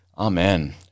Amen